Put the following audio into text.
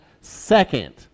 second